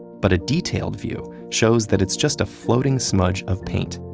but a detailed view shows that it's just a floating smudge of paint.